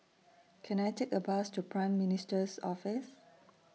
Can I Take A Bus to Prime Minister's Office